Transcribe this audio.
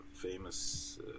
famous